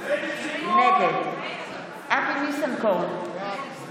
נגד אבי ניסנקורן,